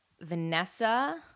Vanessa